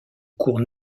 cours